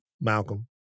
Malcolm